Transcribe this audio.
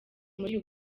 muri